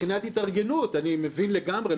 מבחינת התארגנות אני מבין לגמרי.